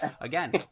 again